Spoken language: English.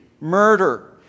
murder